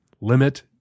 limit